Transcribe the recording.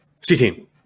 C-Team